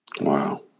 Wow